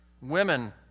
women